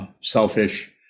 selfish